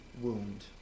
wound